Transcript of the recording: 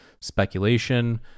speculation